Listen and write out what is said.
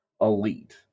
elite